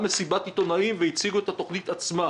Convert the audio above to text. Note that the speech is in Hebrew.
מסיבת עיתונאים והציגו את התכנית עצמה.